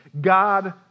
God